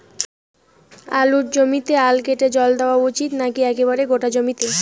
আলুর জমিতে আল কেটে জল দেওয়া উচিৎ নাকি একেবারে গোটা জমিতে?